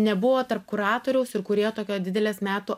nebuvo tarp kuratoriaus ir kūrėjo tokio didelės metų